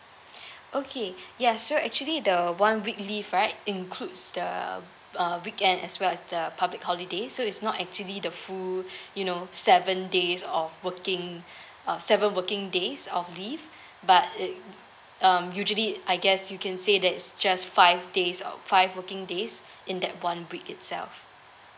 okay ya so actually the one week leave right includes the uh weekend as well as the public holiday so it's not actually the full you know seven days of working uh seven working days of leave but it um usually I guess you can say that it's just five days or five working days in that one week itself